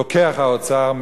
לוקח האוצר,